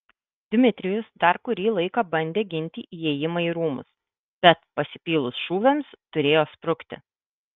dmitrijus dar kurį laiką bandė ginti įėjimą į rūmus bet pasipylus šūviams turėjo sprukti